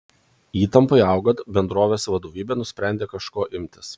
įtampai augant bendrovės vadovybė nusprendė kažko imtis